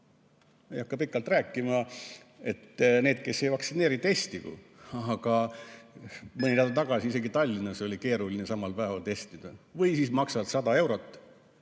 Ei hakka pikalt rääkima, et need, kes ei vaktsineeri, testigu, aga mõni nädal tagasi isegi Tallinnas oli keeruline samal päeval testida. Või siis maksad iga päev 100 eurot